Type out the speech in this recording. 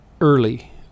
early